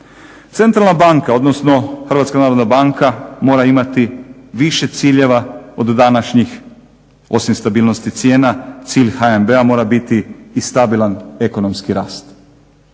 Centralna banka, odnosno HNB mora imati više ciljeva od današnjih, osim stabilnosti cijena, cilj HNB-a mora biti i stabilna ekonomski rast.